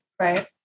Right